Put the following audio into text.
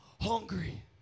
hungry